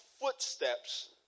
footsteps